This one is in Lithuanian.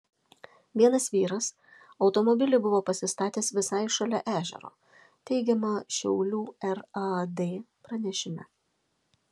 vienas vyras automobilį buvo pasistatęs visai šalia ežero teigiama šiaulių raad pranešime